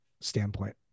standpoint